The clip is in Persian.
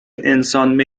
انسان